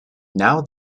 now